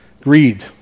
Greed